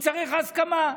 צריך הסכמה.